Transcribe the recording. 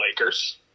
Lakers